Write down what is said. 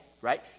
right